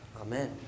Amen